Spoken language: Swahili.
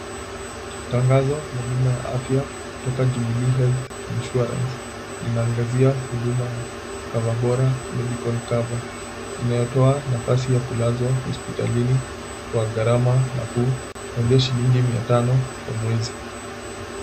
Tangazo la bima ya afya kutoka Jubilee Health Insurance inaangazia huduma ya Cover Bora Medical Cover, inayotoa nafasi ya kulazwa hospitalini kwa gharama nafuu kuanzia shilingi mia tano kwa mwezi.